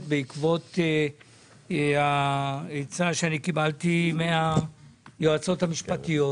בעקבות העצה שקיבלתי מהיועצות המשפטיות.